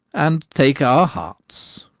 and take our hearts.